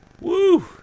Woo